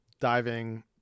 diving